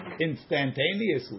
Instantaneously